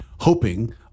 hoping